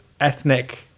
ethnic